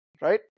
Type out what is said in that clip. right